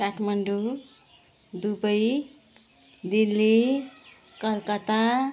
Kathmandu Dubai Delhi Calcutta